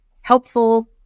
helpful